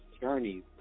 journey